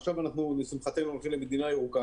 עכשיו לשמחתנו אנחנו הופכים למדינה ירוקה,